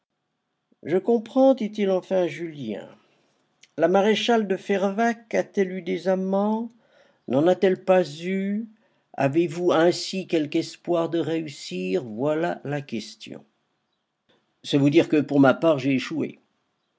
je comprends dit-il enfin à julien la maréchale de fervaques a-t-elle eu des amants n'en a-t-elle pas eu avez-vous ainsi quelque espoir de réussir voilà la question c'est vous dire que pour ma part j'ai échoué